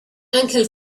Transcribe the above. uncle